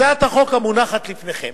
הצעת החוק המונחת לפניכם